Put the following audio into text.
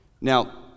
Now